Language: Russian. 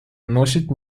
носит